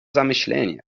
zamyślenie